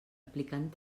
aplicant